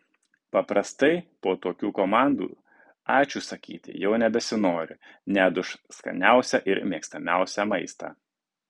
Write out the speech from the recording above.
paprastai po tokių komandų ačiū sakyti jau nebesinori net už skaniausią ir mėgstamiausią maistą